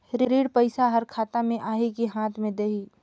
ऋण पइसा हर खाता मे आही की हाथ मे देही?